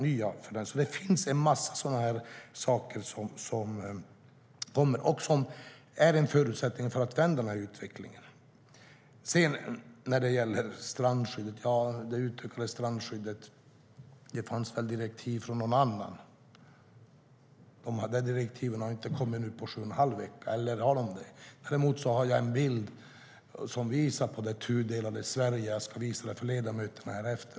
Det kommer alltså en massa saker som är förutsättningar för att vi ska kunna vända den här utvecklingen. Jag har en bild som visar det tudelade Sverige. Jag ska visa den för ledamöterna efter debatten.